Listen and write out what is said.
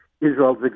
Israel's